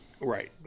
Right